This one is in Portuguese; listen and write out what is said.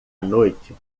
noite